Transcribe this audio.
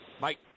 Mike